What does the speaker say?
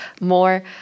more